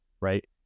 Right